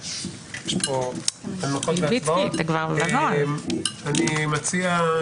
אני מבינה,